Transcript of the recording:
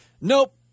Nope